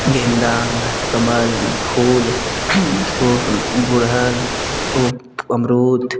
गेंदा कमल फूल गुड़हल ऊक अमरूद